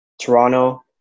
toronto